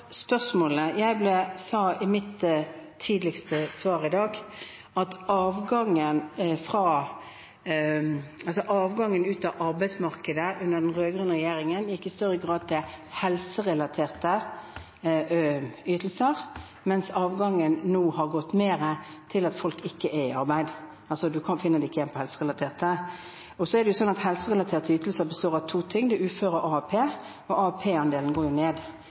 spørsmålet. Jeg sa i mitt tidligste svar i dag at avgangen ut av arbeidsmarkedet under den rød-grønne regjeringen gikk i større grad til helserelaterte ytelser, mens avgangen nå har gått mer til at folk ikke er i arbeid, altså du finner dem ikke igjen i de helserelaterte. Så er det sånn at helserelaterte ytelser består av to ting: Det er uføretrygd og AAP, og AAP-andelen går ned,